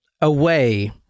away